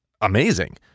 amazing